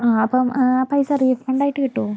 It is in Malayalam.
ആ അപ്പം പൈസ റീഫണ്ടായിട്ട് കിട്ടുമോ